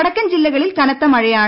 വടക്കൻ ജില്ലകളിൽ കനത്ത മഴയാണ്